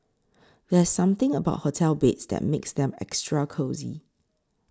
there's something about hotel beds that makes them extra cosy